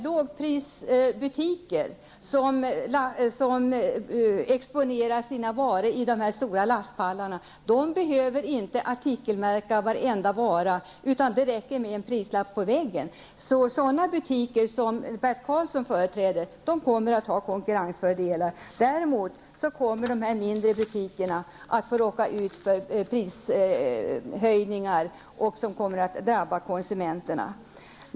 Lågprisbutiker som exponerar varor på stora lastpallar behöver inte artikelmärka varenda vara. Det räcker med en prislapp på väggen. Sådana butiker som Bert Karlsson företräder kommer att ha konkurrensfördelar. Däremot kommer de mindre butikerna att råka ut för prishöjningar som kommer att drabba konsumenterna.